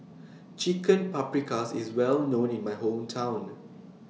Chicken Paprikas IS Well known in My Hometown